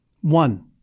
One